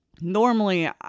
Normally